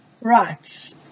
Right